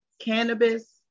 cannabis